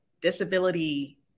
disability